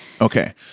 Okay